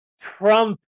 Trump